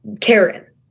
Karen